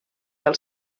del